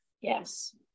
Yes